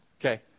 Okay